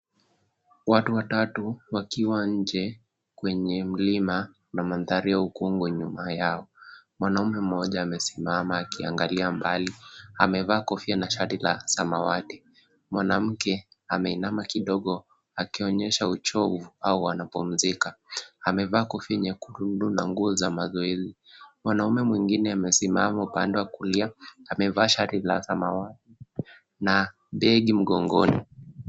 Watu watatu wakiwa nje kwenye mlima na mandhari ya ukungo nyuma yao. Mwanaume mmoja amesimama aki angalia mbali , amevaa kofia na shati la samawati, mwanamke ame inama kidogo akionyesha uchovu au wanapumzika. Amevaa kofia yenye kurundu na nguo za mazoezi. Mwanaume mwingine amesimama upande wa kulia amevaa shati la samawati na begi mgogoni.